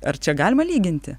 ar čia galima lyginti